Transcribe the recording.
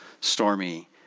stormy